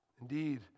Indeed